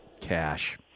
cash